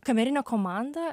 kamerinė komanda